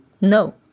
no